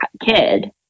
kid